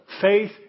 Faith